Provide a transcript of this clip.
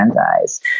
eyes